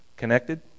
connected